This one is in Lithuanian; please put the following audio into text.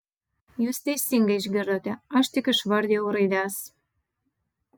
jūs teisingai išgirdote aš tik išvardijau raides